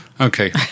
Okay